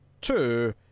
two